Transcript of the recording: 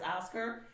Oscar